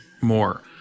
more